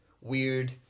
weird